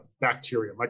bacteria